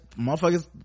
motherfuckers